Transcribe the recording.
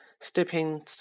Stepping